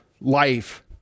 life